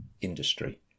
industry